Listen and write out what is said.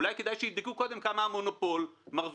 אולי כדאי שיבדקו קודם כמה המונופול מרוויח,